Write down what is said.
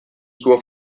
suo